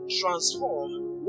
transform